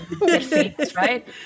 Right